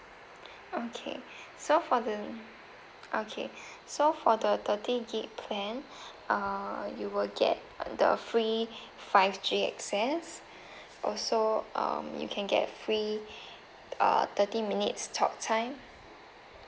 okay so for the okay so for the thirty gig plan uh you will get the free five G access also um you can get free uh thirty minutes talk time